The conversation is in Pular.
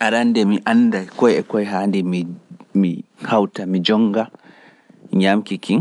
Arannde mi annaday koye e koye haani mi - mi - mi hawta mi jonnga nyaamki kin,